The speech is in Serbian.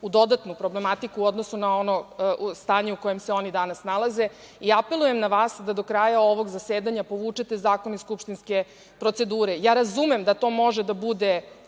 u dodatnu problematiku u odnosu na ono stanje u kojem se oni danas nalaze. Apelujem na vas da do kraja ovog zasedanja povučete zakon iz skupštinske procedure. Razumem da to može da bude